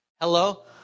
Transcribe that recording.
Hello